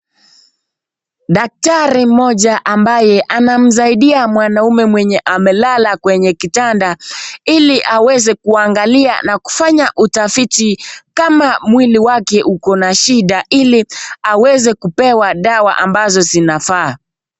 Daktari mmoja ambaye anamsaidia mwanaume mwenye amelala kwenye kitanda ili aweze kuangalia na kufanya utafiti kama mwili wake uko na shida ili aweze kupewa dawa ambazo zinafaa.